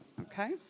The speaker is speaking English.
okay